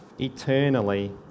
eternally